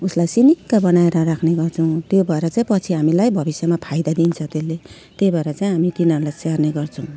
उसलाई सिनिक्क बनाएर राख्ने गर्छौँ त्यो भएर चाहिँ पछि हामीलाई भविष्यमा फाइदा दिन्छ त्यसले त्यही भएर चाहिँ हामी तिनीहरूलाई स्याहार्ने गर्छौँ